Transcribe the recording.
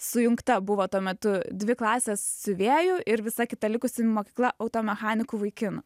sujungta buvo tuo metu dvi klasės siuvėjų ir visa kita likusi mokykla auto mechanikų vaikinų